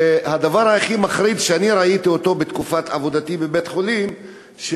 הדבר הכי מחריד שאני ראיתי בתקופת עבודתי בבית-חולים היה